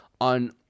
on